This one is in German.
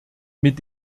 mit